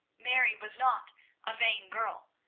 mary was not a vain girl,